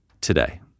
today